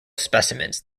specimens